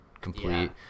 complete